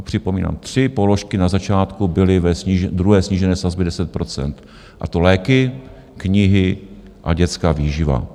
Připomínám, tři položky na začátku byly v druhém snížení sazby 10 %, a to léky, knihy a dětská výživa.